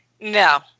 No